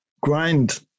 Grind